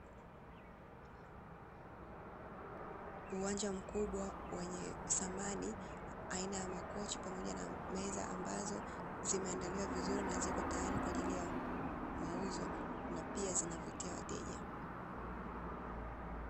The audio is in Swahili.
Uwanja mkubwa wenye samani aina ya makochi pamoja na meza ambazo zimeandaliwa vizuri na ziko tayari Kwa ajili ya mauzo na pia zinavutia wateja.